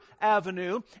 avenue